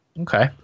Okay